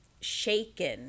shaken